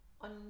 on